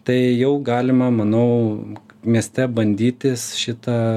tai jau galima manau mieste bandytis šitą